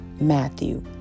Matthew